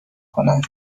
کنند